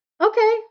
Okay